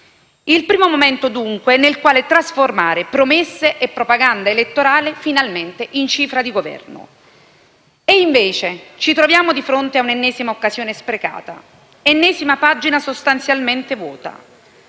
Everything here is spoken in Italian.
il primo momento, dunque, nel quale trasformare promesse e propaganda elettorale finalmente in cifra di governo. E invece ci troviamo di fronte all'ennesima occasione sprecata, all'ennesima pagina sostanzialmente vuota;